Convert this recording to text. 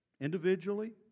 individually